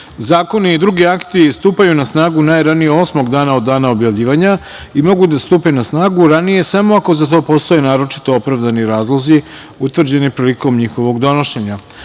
zakoni i drugi akti stupaju na snagu najranije osmog dana od dana objavljivanja i mogu da stupe na snagu ranije samo ako za to postoje naročito opravdani razlozi utvrđeni prilikom njihovog donošenja. Stavljam